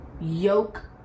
yoke